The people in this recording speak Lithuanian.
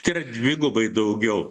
tai yra dvigubai daugiau